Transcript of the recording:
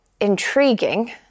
intriguing